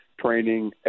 training